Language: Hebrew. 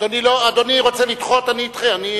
אדוני רוצה לדחות, אני אדחה.